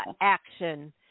action